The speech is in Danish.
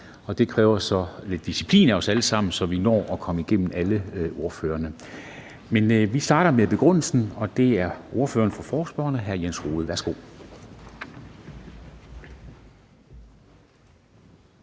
Det kræver lidt disciplin af os alle sammen, så vi når at komme igennem alle ordførerne. Men vi starter med begrundelsen. Det er ordføreren for forespørgerne, hr. Jens Rohde.